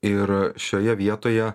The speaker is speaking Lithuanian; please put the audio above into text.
ir šioje vietoje